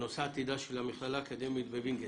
הנושא: עתידה של המכללה האקדמית בוינגייט.